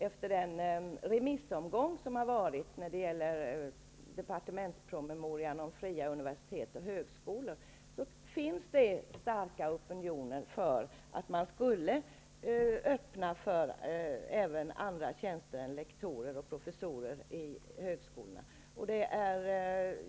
Efter den remissomgång som har varit om departementspromemorian om fria universitet och högskolor, finns det en stark opinion för att man skall öppna för även andra tjänster än lektorer och professorer vid högskolorna.